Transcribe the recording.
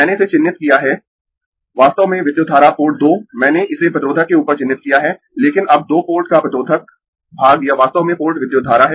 मैंने इसे चिह्नित किया है वास्तव में विद्युत धारा पोर्ट दो मैंने इसे प्रतिरोधक के ऊपर चिह्नित किया है लेकिन अब दो पोर्ट का प्रतिरोधक भाग यह वास्तव में पोर्ट विद्युत धारा है